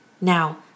Now